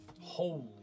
Holy